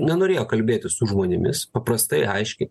nenorėjo kalbėtis su žmonėmis paprastai aiškiai